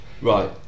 Right